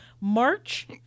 March